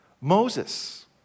Moses